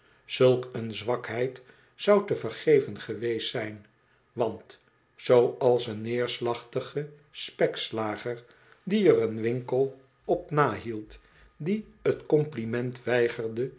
zulk een zwakheid zou te vergeven geweest zijn want zooals een neerslachtige spekslager die er een winkel op nahield die t compliment weigerde